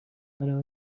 منم